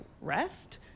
rest